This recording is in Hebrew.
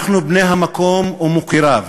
אנחנו, בני המקום ומוקיריו,